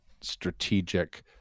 strategic